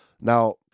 Now